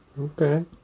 Okay